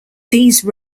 these